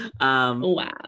Wow